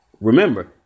Remember